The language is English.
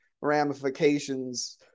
ramifications